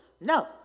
no